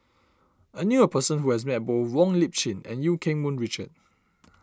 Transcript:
I knew a person who has met both Wong Lip Chin and Eu Keng Mun Richard